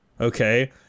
okay